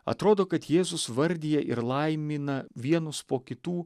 atrodo kad jėzus vardija ir laimina vienus po kitų